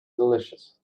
delicious